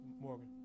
Morgan